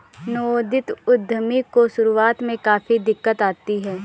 नवोदित उद्यमी को शुरुआत में काफी दिक्कत आती है